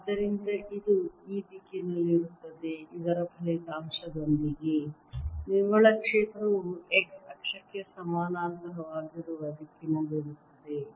ಆದ್ದರಿಂದ ಇದು ಈ ದಿಕ್ಕಿನಲ್ಲಿರುತ್ತದೆ ಇದರ ಫಲಿತಾಂಶದೊಂದಿಗೆ ನಿವ್ವಳ ಕ್ಷೇತ್ರವು x ಅಕ್ಷಕ್ಕೆ ಸಮಾನಾಂತರವಾಗಿರುವ ದಿಕ್ಕಿನಲ್ಲಿರುತ್ತದೆ